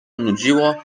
nudziło